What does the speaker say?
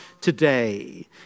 today